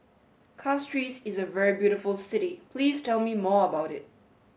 Castries is a very beautiful city please tell me more about it